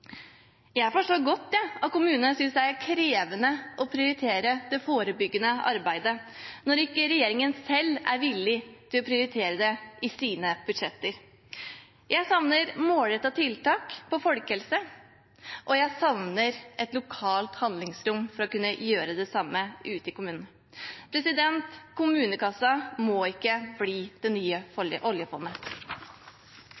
Jeg forstår godt at kommunene synes det er krevende å prioritere det forebyggende arbeidet når ikke regjeringen selv er villig til å prioritere det i sine budsjetter. Jeg savner målrettede tiltak for folkehelse, og jeg savner et lokalt handlingsrom for å kunne gjøre det samme ute i kommunene. Kommunekassen må ikke bli det nye